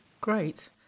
Great